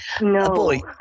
No